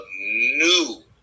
new